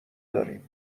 داریم